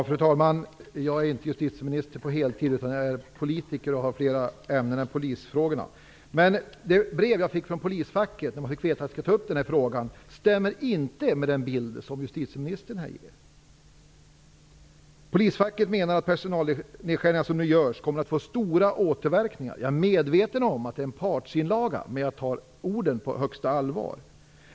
Fru talman! Jag är inte justitieminister på heltid, utan jag är politiker och handhar flera ämnen än polisfrågorna. Men det brev som jag fick från polisfacket, efter att de fått veta att jag skulle ta upp den här frågan, stämmer inte med den bild som justitieministern här ger. Polisfacket menar att personalminskningarna som nu genomförs kommer att få stora återverkningar. Jag är medveten om att det är en partsinlaga, men jag tar orden på största allvar.